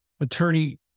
attorney